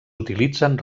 utilitzen